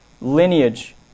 lineage